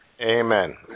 Amen